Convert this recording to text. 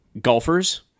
Golfers